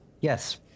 Yes